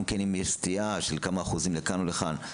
גם כן אם יש סטייה של כמה אחוזים לכאן או לכאן,